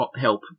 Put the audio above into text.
help